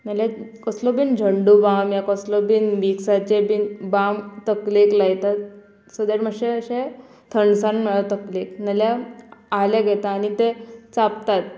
नाल्यार कसलो बीन झंडू बाम या कसलो बीन विकसाचे बीन बाम तकलेक लायतात सो देट मातशे अशे थंडसान म्हळ्यार तकलेक नाल्यार आले घेता आनी ते चापतात